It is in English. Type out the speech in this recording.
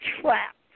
trapped